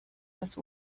das